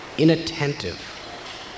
Inattentive